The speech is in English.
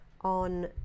on